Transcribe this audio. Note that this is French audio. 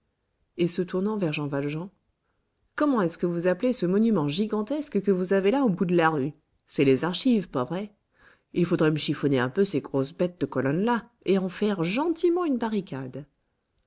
et se tournant vers jean valjean comment est-ce que vous appelez ce monument gigantesque que vous avez là au bout de la rue c'est les archives pas vrai il faudrait me chiffonner un peu ces grosses bêtes de colonnes là et en faire gentiment une barricade